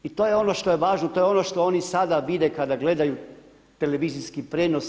I to je ono što je važno i to je ono što oni sada vide kada gledaju televizijski prijenos.